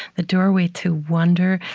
the doorway to wonder,